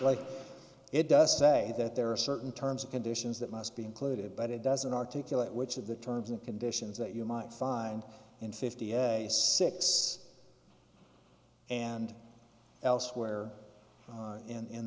like it does say that there are certain terms of conditions that must be included but it doesn't articulate which of the terms and conditions that you might find in fifty six and elsewhere